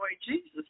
Jesus